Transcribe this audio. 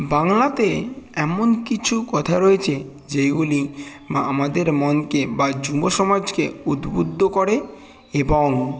বাংলাতেই এমন কিছু কথা রয়েছে যেগুলি আমাদের মনকে বা যুব সমাজকে উদবুদ্ধ করে এবং